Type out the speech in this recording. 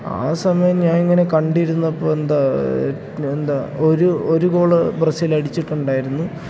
ആ സമയം ഞാൻ ഇങ്ങനെ കണ്ടിരുന്നപ്പോൾ എന്താ എന്താ ഒരു ഒരു ഗോൾ ബ്രസീൽ അടിച്ചിട്ടുണ്ടായിരുന്നു